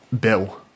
Bill